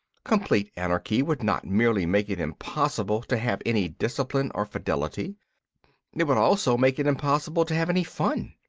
complete anarchy would not merely make it impossible to have any discipline or fidelity it would also make it impossible to have any fun.